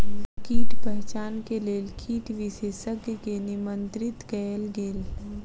कीट पहचान के लेल कीट विशेषज्ञ के निमंत्रित कयल गेल